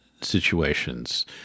situations